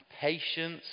patience